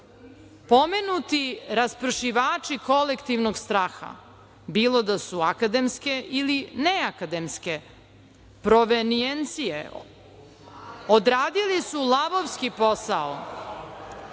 „Pomenuti raspršivači kolektivnog straha, bilo da su akademske ili neakademske provenijencije odradili su lavovski posao,